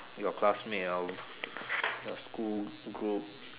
your classmate or your school group